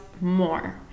more